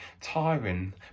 tiring